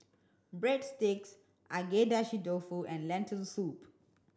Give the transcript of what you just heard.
Breadsticks Agedashi Dofu and Lentil Soup